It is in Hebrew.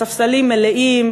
הספסלים מלאים,